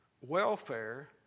welfare